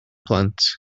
plant